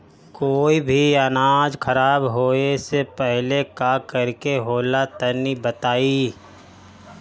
कोई भी अनाज खराब होए से पहले का करेके होला तनी बताई?